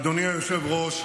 אדוני היושב-ראש,